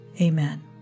Amen